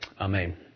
Amen